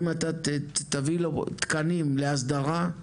אם אתה תביא תקנים להסדרה,